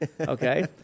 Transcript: Okay